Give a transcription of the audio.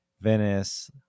Venice